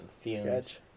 sketch